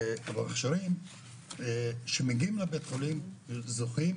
אבל המכשירים שמגיעים לבית חולים זוכים